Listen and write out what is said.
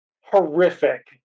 horrific